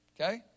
Okay